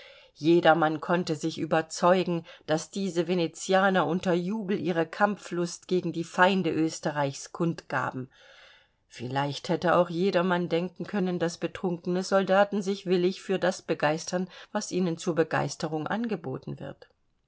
jedermann konnte sich überzeugen daß diese venezianer unter jubel ihre kampflust gegen die feinde österreichs kundgaben vielleicht hätte auch jedermann denken können daß betrunkene soldaten sich willig für das begeistern was ihnen zur begeisterung angeboten wird